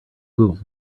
google